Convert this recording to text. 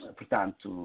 Portanto